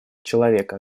человека